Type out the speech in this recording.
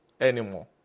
anymore